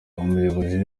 umuyobozi